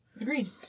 agreed